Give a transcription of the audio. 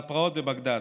על הפרעות בבגדאד: